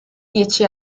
dieci